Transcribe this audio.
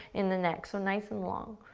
in the neck. so nice and long.